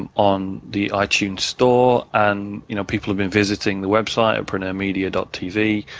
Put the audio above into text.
um on the ah itunes store. and you know people have been visiting the website, preneurmedia and tv,